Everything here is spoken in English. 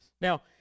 Now